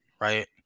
right